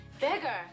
Bigger